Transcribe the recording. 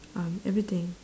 um everything